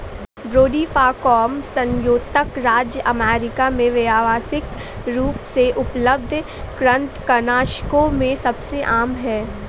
brodifacoum संयुक्त राज्य अमेरिका में व्यावसायिक रूप से उपलब्ध कृंतकनाशकों में सबसे आम है